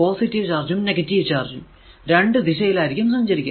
positive ചാർജും negative ചാർജും രണ്ടു ദിശയിൽ ആയിരിക്കും സഞ്ചരിക്കുക